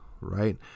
right